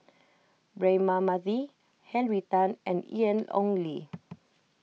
Braema Mathi Henry Tan and Ian Ong Li